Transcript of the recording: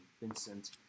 Vincent